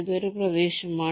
ഇത് ഒരു പ്രദേശമാണ്